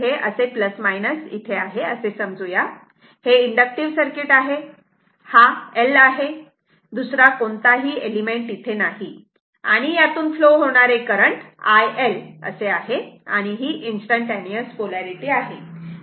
तर हे असे आहे असे समजू या हे इन्डक्टिव्ह सर्किट आहे हा L आहे दुसरा कोणताही एलिमेंट नाही आणि यातून फ्लो होणारे करंट iL आहे आणि ही इंस्टंटटेनिअस पोलारिटी आहे